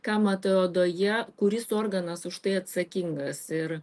ką matai odoje kuris organas už tai atsakingas ir